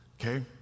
Okay